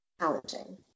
challenging